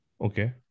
Okay